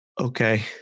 Okay